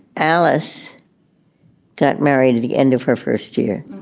alice got married at the end of her first year?